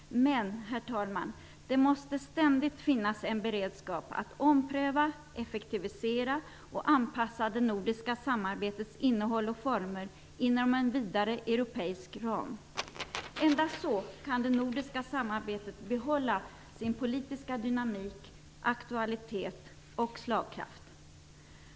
Men, herr talman, det måste ständigt finnas en beredskap att ompröva, effektivisera och anpassa det nordiska samarbetets innehåll och former inom en vidare europeisk ram. Endast så kan det nordiska samarbetet behålla sin politiska dynamik, aktualitet och slagkraft.